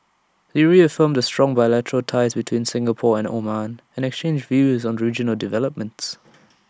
they reaffirmed the strong bilateral ties between Singapore and Oman and exchanged views on regional developments